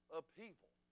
upheaval